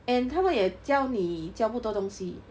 and 他们也教你教不多东西